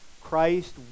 Christ